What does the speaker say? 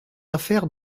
affaire